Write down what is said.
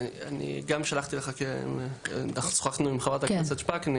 שוחחנו עם חברת הכנסת שפק.